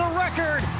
record,